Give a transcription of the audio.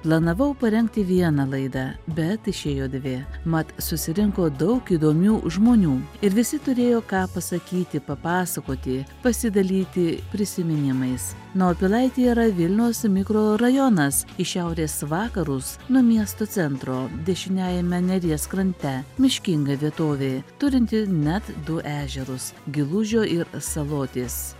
planavau parengti vieną laidą bet išėjo dvi mat susirinko daug įdomių žmonių ir visi turėjo ką pasakyti papasakoti pasidalyti prisiminimais na o pilaitė yra vilniaus mikrorajonas į šiaurės vakarus nuo miesto centro dešiniajame neries krante miškinga vietovė turinti net du ežerus gilužio ir salotės